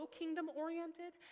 kingdom-oriented